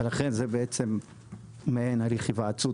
ולכן זה בעצם מעין הליך היוועצות,